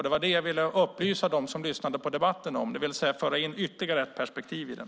Det ville jag upplysa dem som lyssnar på debatten om och därigenom föra in ytterligare ett perspektiv i den.